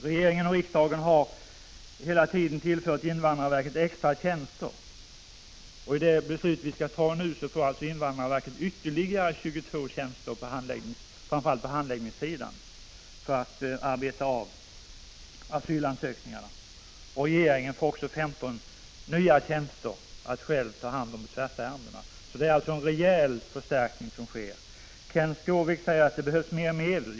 Regeringen och riksdagen har hela tiden tillfört invandrarverket extra tjänster. Och i det beslut vi skall fatta nu får alltså invandrarverket ytterligare 22 tjänster, framför allt på handläggningssidan, för att arbeta med asylansökningarna. Regeringen får också 15 nya tjänster för att ta hand om besvärsärendena. Det är alltså en rejäl förstärkning som sker. Kenth Skårvik säger att det behövs ytterligare medel.